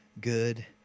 good